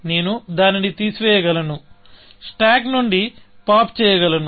నేను దానిని తీసివేయగలను స్టాక్ నుండి పాప్ చేయగలను